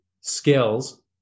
skills